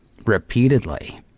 repeatedly